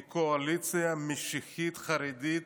היא קואליציה משיחית חרדית